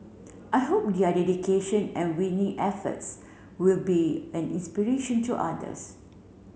I hope their dedication and winning efforts will be an inspiration to others